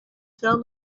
sell